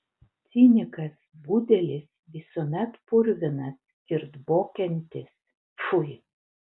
cinikas budelis visuomet purvinas ir dvokiantis pfui